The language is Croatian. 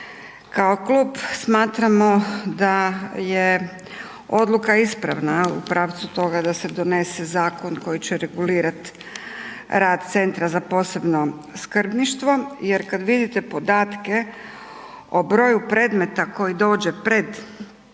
Kao klub smatramo da je odluka ispravna u pravcu toga da se donose zakon koji će regulirati rad Centra za posebno skrbništvo jer kada vidite podatke o broju predmeta koji dođe pred tu